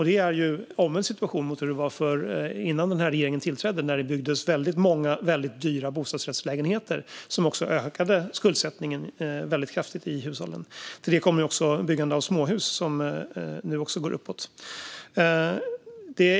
Det är en omvänd situation mot hur det var innan den här regeringen tillträdde då det byggdes väldigt många och väldigt dyra bostadsrättslägenheter, vilket också ökade skuldsättningen kraftigt i hushållen. Till det kommer också byggandet av småhus som nu också går uppåt.